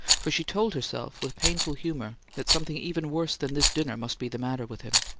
for she told herself with painful humour that something even worse than this dinner must be the matter with him.